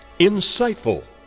insightful